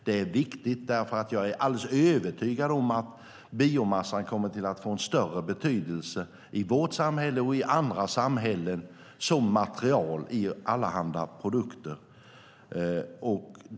Det är viktigt därför att biomassan kommer att få - det är jag alldeles övertygad om - en större betydelse i vårt samhälle och i andra samhällen som material i allehanda produkter.